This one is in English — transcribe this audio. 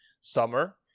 summer